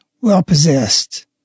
well-possessed